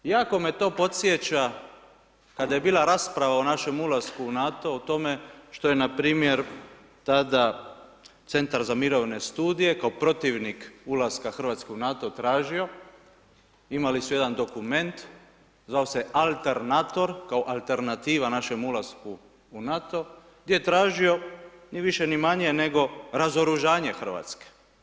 Jako me to podsjeća kada je bila rasprava o našem ulasku u NATO, o tome, što je na primjer tada, Centar za mirovne studije, kao protivnik ulaska Hrvatske u NATO tražio, imali su jedan dokument, zvao se Alternator, kao alternativa našem ulasku u NATO, gdje je tražio, ni više ni manje, nego razoružanje Hrvatske.